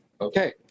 okay